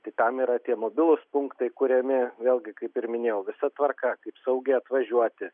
tai tam yra tie mobilūs punktai kuriami vėlgi kaip ir minėjau visa tvarka kaip saugiai atvažiuoti